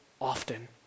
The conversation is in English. often